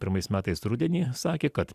pirmais metais rudenį sakė kad